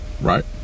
Right